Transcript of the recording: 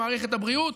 למערכת הבריאות,